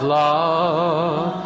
love